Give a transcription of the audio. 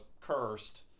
cursed